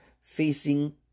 facing